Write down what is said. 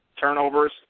Turnovers